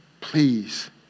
please